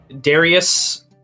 Darius